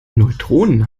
neutronen